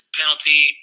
penalty